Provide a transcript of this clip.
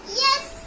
yes